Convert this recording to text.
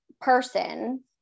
person